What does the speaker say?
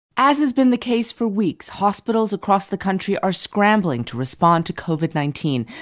as has been the case for weeks, hospitals across the country are scrambling to respond to covid nineteen.